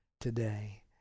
today